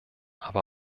aber